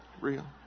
Real